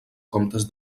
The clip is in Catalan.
comptes